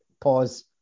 Pause